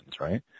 right